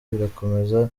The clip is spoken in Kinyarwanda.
birakomeza